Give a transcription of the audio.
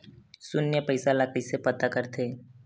शून्य पईसा ला कइसे पता करथे?